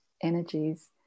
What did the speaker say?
energies